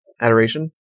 adoration